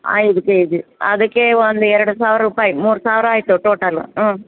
ಐದು K G ಅದಕ್ಕೆ ಒಂದು ಎರಡು ಸಾವಿರ ರೂಪಾಯಿ ಮೂರು ಸಾವಿರ ಆಯಿತು ಟೋಟಲ್ ಹ್ಞೂ